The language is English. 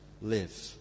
live